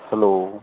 hello